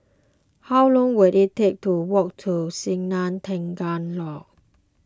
how long will it take to walk to Sungei Tengah Lodge